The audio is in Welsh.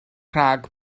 rhag